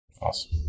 Awesome